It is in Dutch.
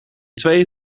tweeën